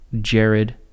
Jared